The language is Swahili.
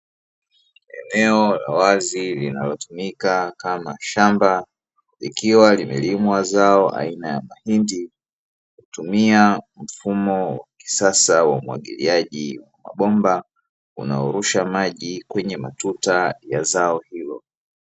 Eneo la wazi linalotumika kama shamba likiwa limelimwa zao aina ya mahindi, hutumia mfumo wa kisasa wa umwagiliaji wa mabomba unaorusha maji kwenye matuta ya zao hilo.